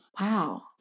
wow